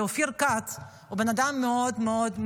כי מהיכרות של שנים רבות אופיר כץ הוא בן אדם מאוד מאוד הוגן,